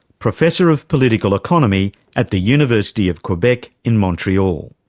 professor of political economy at the university of quebec in montreal.